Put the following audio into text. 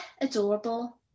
adorable